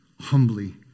humbly